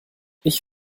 ich